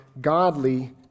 godly